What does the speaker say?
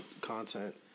content